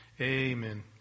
Amen